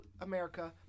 America